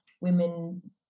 women